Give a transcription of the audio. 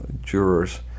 jurors